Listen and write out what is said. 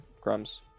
Crumbs